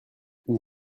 une